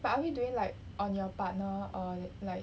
but are we doing like on your partner or like